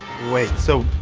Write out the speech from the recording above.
wait, so,